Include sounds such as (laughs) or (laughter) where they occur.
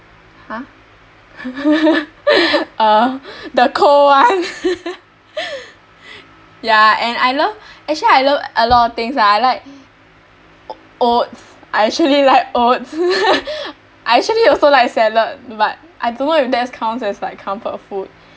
!huh! (laughs) uh the cold one (laughs) ya and I love actually I love a lot of things lah I like o~ oats I actually like oats (laughs) I actually (laughs) also like salad but I don't know if that counts as like comfort food